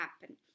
happen